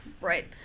Right